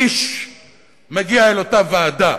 איש מגיע לאותה ועדה,